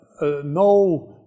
no